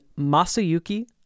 Masayuki